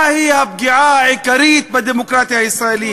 מהי הפגיעה העיקרית בדמוקרטיה הישראלית?